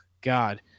God